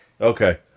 Okay